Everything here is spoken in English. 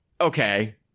okay